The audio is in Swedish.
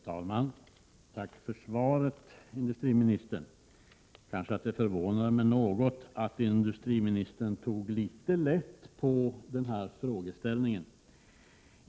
Herr talman! Tack för svaret, industriministern! Det förvånar mig något att industriministern tog så lätt på den här frågeställningen.